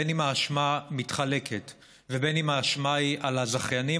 בין שהאשמה מתחלקת ובין שהאשמה היא על הזכיינים,